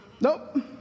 Nope